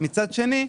ומצד שני,